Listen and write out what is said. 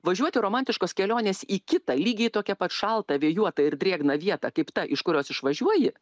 važiuoti romantiškos kelionės į kitą lygiai tokią pat šaltą vėjuotą ir drėgną vietą kaip ta iš kurios išvažiuoji